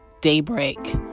Daybreak